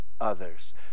others